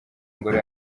ingoro